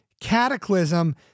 cataclysm